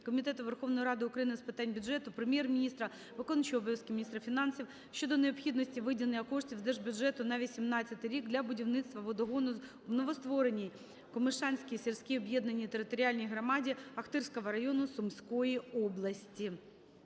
Комітету Верховної Ради України з питань бюджету, Прем'єр-міністра, виконувача обов'язків міністра фінансів щодо необхідності виділення коштів з Держбюджету на 2018 рік для будівництва водогону в новоствореній Комишанській сільській об'єднаній територіальній громаді Охтирського району Сумської області.